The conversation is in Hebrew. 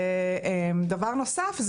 דבר נוסף,